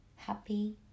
happy